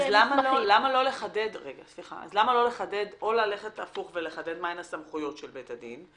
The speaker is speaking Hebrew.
אז למה לא ללכת הפוך ולחדד מה הן הסמכויות של בית הדין או ---?